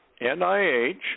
NIH